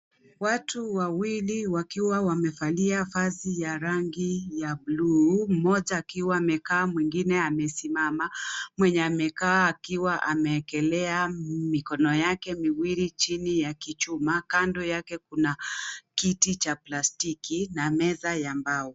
Watu wawili wakiwa wamevalia vazi ya rangi ya bluu mmoja akiwa amekaa mwingine amesimama. Mwenye amekaa akiwa ame ekelea mikono yake miwili chini ya kichuma kando yake kuna kiti cha plastiki na meza ya mbao.